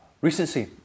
Recency